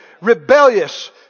rebellious